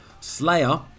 Slayer